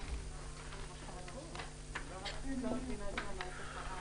הישיבה נעולה.